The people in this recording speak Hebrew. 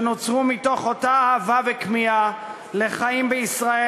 שנוצרו מתוך אותה אהבה וכמיהה לחיים בישראל,